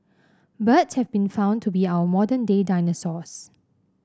birds have been found to be our modern day dinosaurs